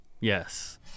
yes